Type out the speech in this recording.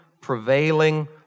prevailing